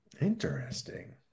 Interesting